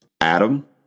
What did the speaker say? Adam